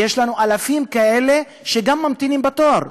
ויש אלפים כאלה שממתינים בתור.